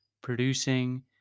producing